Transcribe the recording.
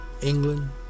England